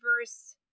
verse